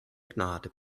gnade